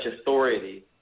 authority